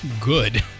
good